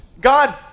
God